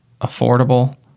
affordable